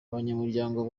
abanyamuryango